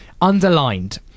Underlined